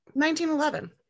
1911